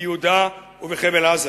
ביהודה ובחבל-עזה.